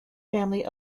family